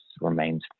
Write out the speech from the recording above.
remains